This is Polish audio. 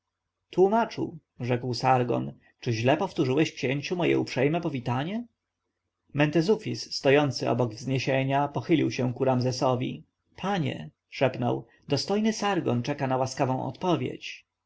tłomaczu rzekł sargon czy źle powtórzyłeś księciu moje uprzejme powitanie mentezufis stojący obok wzniesienia pochylił się ku ramzesowi panie szepnął dostojny sargon czeka na łaskawą odpowiedź